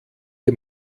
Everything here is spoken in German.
die